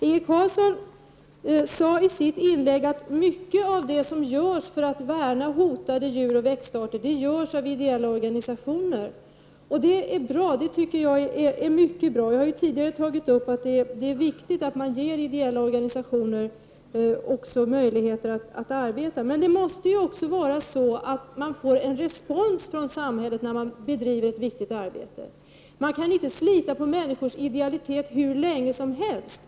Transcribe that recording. Inge Carlsson sade i sitt inlägg att mycket av det som görs för att värna hotade djuroch växtarter görs av ideella organisationer. Och det är mycket bra. Jag har tidigare tagit upp att det är viktigt att också ge ideella organisationer möjligheter att arbeta. Men de som bedriver ett viktigt arbete måste ju också få en respons från samhället. Man kan inte slita på människors idealitet hur länge som helst.